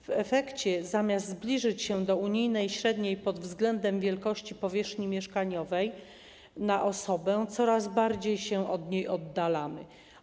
W efekcie zamiast zbliżyć się do unijnej średniej pod względem wielkości powierzchni mieszkaniowej na osobę, coraz bardziej się od niej oddalamy.